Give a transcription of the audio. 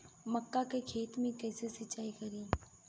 मका के खेत मे कैसे सिचाई करी?